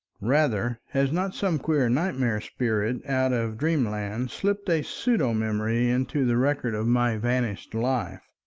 rather, has not some queer nightmare spirit out of dreamland slipped a pseudo-memory into the records of my vanished life?